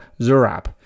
Zurab